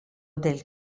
del